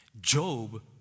job